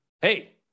Hey